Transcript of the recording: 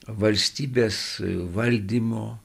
valstybės valdymo